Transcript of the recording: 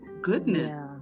Goodness